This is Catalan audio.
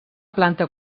planta